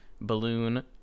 balloon